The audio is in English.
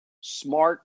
Smart